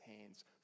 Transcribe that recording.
hands